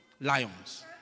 lions